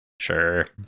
Sure